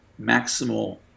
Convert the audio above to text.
maximal